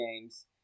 games